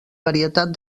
varietat